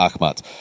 Ahmad